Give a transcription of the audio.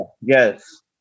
yes